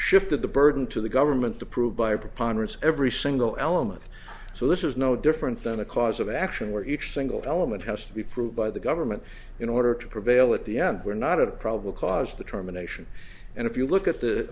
shifted the burden to the government to prove by a preponderance every single element so this is no different than a cause of action where each single element has to be proved by the government in order to prevail at the end were not a problem caused the terminations and if you look at the